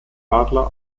adler